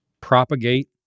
propagate